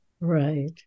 Right